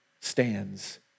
stands